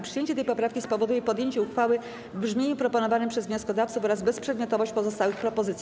Przyjęcie tej poprawki spowoduje podjęcie uchwały w brzmieniu proponowanym przez wnioskodawców oraz bezprzedmiotowość pozostałych propozycji.